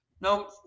Now